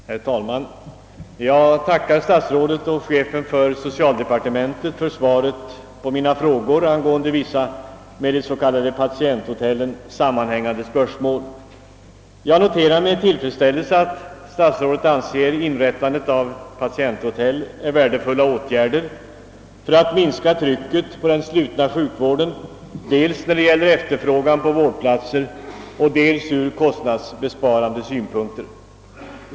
Herr talman! Jag tackar statsrådet och chefen för socialdepartementet för svaret på mina frågor angående vissa med de s.k. patienthotellen sammanhängande spörsmål. Jag noterar med tillfredsställelse att statsrådet anser inrättande av patienthotell som värdefulla åtgärder för att minska trycket på den slutna sjukvården dels när det gäller efterfrågan på vårdplatser och dels ur kostnadsbesparande synpunkt.